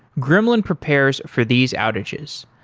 gremlin prepares for these outages.